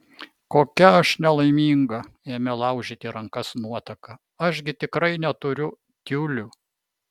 kokia aš nelaiminga ėmė laužyti rankas nuotaka aš gi tikrai neturiu tiulių